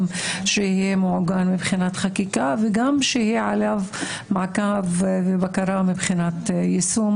גם שיהיה מעוגן מבחינת חקיקה וגם שיהיה עליו מעקב ובקרה מבחינת יישום,